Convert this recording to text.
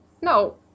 No